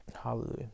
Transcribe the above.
hallelujah